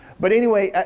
but anyway,